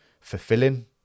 fulfilling